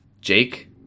Jake